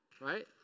Right